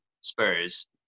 spurs